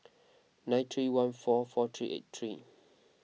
nine three one four four three eight three